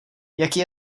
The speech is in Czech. jaký